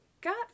got